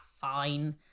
fine